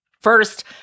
First